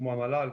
כמו המל"ל,